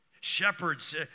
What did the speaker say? Shepherds